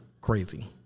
crazy